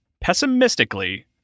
Pessimistically